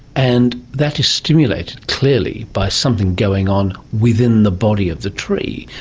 and that is stimulated, clearly, by something going on within the body of the tree.